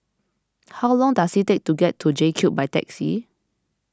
how long does it take to get to J Cube by taxi